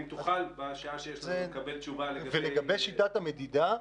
אם תוכל בשעה שיש לנו לקבל תשובה --- לגבי שיטת המדידה,